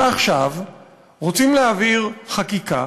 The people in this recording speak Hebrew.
ועכשיו רוצים להעביר חקיקה